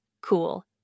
cool